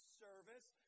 service